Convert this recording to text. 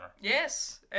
Yes